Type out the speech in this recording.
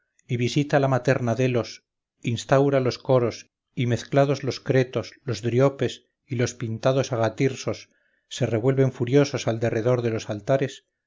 y visita la materna delos instaura los coros y mezclados los cretos los driopes y los pintados agatirsos se revuelven furiosos al derredor de los altares